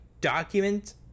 document